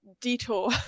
detour